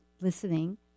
listening